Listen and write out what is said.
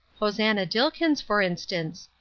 hosannah dilkins, for instance!